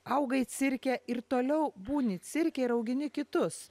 augai cirke ir toliau būni cirke ir augini kitus